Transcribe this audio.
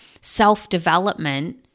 self-development